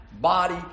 body